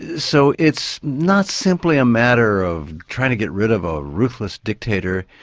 so it's not simply a matter of trying to get rid of a ruthless dictator,